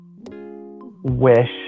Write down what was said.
wish